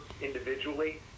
individually